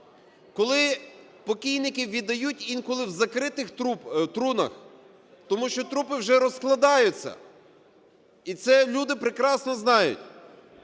Коли покійників віддають інколи в закритих трунах, тому що трупи вже розкладаються, і це люди прекрасно знають.